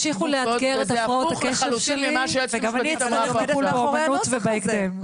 תמשיכו לאתגר את הפרעות הקשר שלי וגם אני אצטרך טיפול באמנות ובהקדם.